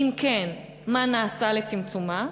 2. אם כן, מה נעשה לצמצומה?